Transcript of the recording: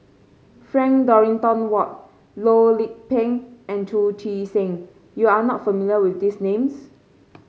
Frank Dorrington Ward Loh Lik Peng and Chu Chee Seng you are not familiar with these names